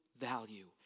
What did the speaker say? value